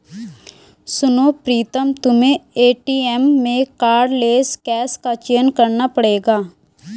सुनो प्रीतम तुम्हें एटीएम में कार्डलेस कैश का चयन करना पड़ेगा